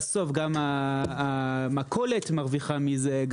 בסוף גם המכולת מרוויחה מזה.